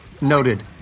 Noted